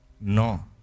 No